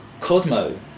Cosmo